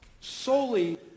solely